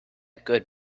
good